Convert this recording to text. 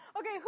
Okay